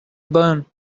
burn